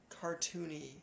cartoony